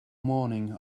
morning